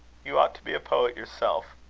you ought to be a poet yourself.